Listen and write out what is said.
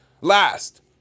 Last